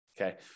Okay